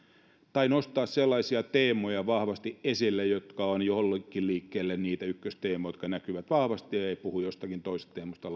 tai nostaa sellaisia teemoja vahvasti esille jotka ovat jollekin liikkeelle niitä ykkösteemoja ja jotka näkyvät vahvasti ja ei puhua joistakin toisista teemoista